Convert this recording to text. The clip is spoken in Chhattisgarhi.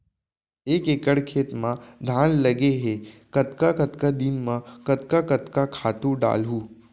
एक एकड़ खेत म धान लगे हे कतका कतका दिन म कतका कतका खातू डालहुँ?